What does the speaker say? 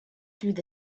through